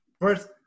first